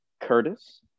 Curtis